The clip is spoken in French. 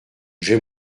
j’ai